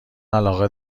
علاقه